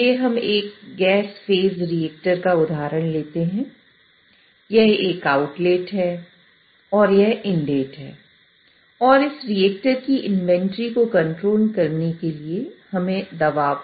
चलिए हम एक गैस फेज रिएक्टर है दबाव